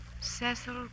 Cecil